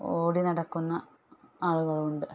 ഓടി നടക്കുന്ന ആളുകളുണ്ട്